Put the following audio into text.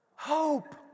Hope